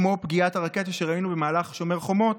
כמו פגיעת הרקטה שראינו במהלך שומר חומות,